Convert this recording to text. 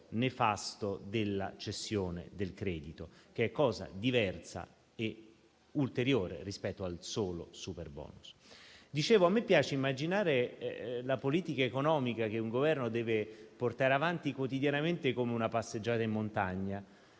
nefasto della cessione del credito, che è cosa diversa e ulteriore rispetto al solo superbonus. A me piace immaginare la politica economica che un Governo deve portare avanti quotidianamente come una passeggiata in montagna.